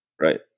Right